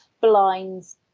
blinds